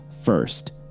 first